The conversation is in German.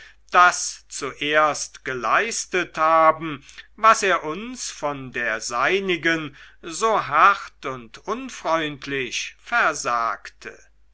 das zuerst geleistet haben was er uns von der seinigen so hart und unfreundlich versagte